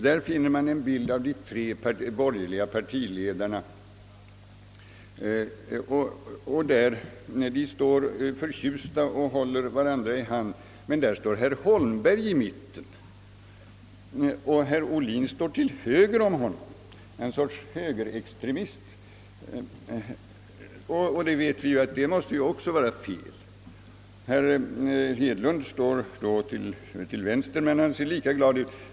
Där finner man alltså en bild av de tre borgerliga partiledarna som förtjusta står och håller varandra i hand. Men herr Holmberg står där i mitten och herr Ohlin till höger om honom en sorts högerextremist, och det måste ju också vara fel. Herr Hedlund står till vänster men ser lika glad ut ändå.